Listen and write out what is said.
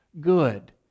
good